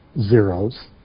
zeros